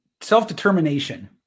self-determination